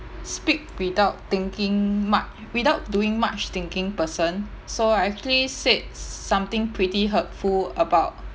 speak without thinking much without doing much thinking person so I actually said something pretty hurtful about